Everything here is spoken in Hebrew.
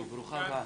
כאן